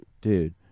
Dude